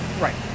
Right